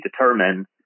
determine